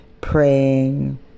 praying